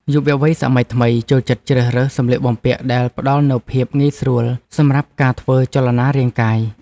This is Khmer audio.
យុវវ័យសម័យថ្មីចូលចិត្តជ្រើសរើសសម្លៀកបំពាក់ដែលផ្ដល់នូវភាពងាយស្រួលសម្រាប់ការធ្វើចលនារាងកាយ។